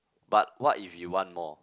but what if you want more